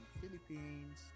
philippines